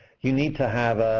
you need to have